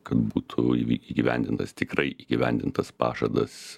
kad būtų įgyvendintas tikrai įgyvendintas pažadas